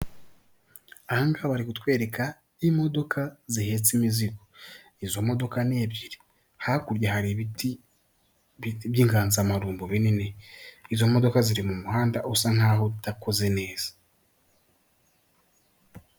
Ahangaha bari kutwereka imodoka zihetse imizigo, izo modoka n'ebyiri hakurya hari ibiti by'inganzamarumbo binini izo modoka ziri mu muhanda usa nkaho utakoze neza.